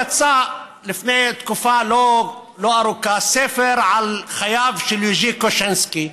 יצא לפני תקופה לא ארוכה ספר על חייו של יז'י קושינסקי,